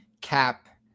cap